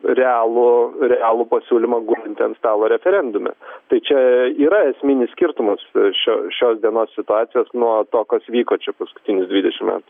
realų realų pasiūlymą gulintį ant stalo referendume tai čia yra esminis skirtumas šios šios dienos situacijos nuo to kas vyko čia paskutinius dvidešimt metų